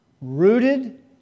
Rooted